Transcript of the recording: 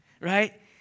right